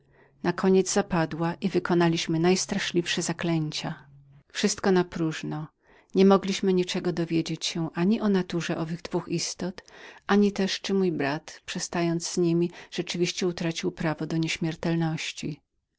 niecierpliwością nakoniec zapadła i wykonaliśmy najstraszliwsze zaklęcia wszystko było napróżno nie mogliśmy niczego dowiedzieć się ani o naturze dwóch istot ani też czyli mój brat rzeczywiście utracił swoje prawa do nieśmiertelności